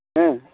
ᱦᱮᱸ